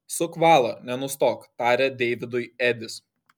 suk valą nenustok tarė deividui edis